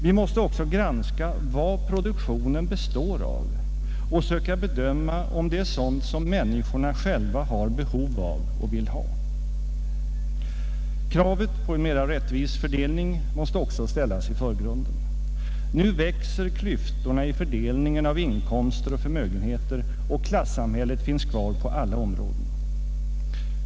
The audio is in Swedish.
Vi måste också granska vad produktionen består av och söka bedöma om det är sådant som människorna själva har behov av och vill ha. Kravet på en mera rättvis fördelning måste också ställas i förgrunden. Nu växer klyftorna i fördelningen av inkomster och förmögenheter och klassamhället finns kvar på alla områden.